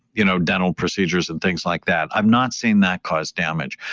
you know dental procedures and things like that. i've not seen that caused damage,